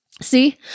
See